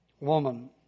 woman